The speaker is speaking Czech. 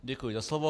Děkuji za slovo.